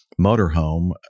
motorhome